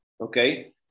Okay